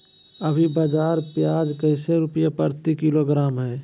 अभी बाजार प्याज कैसे रुपए प्रति किलोग्राम है?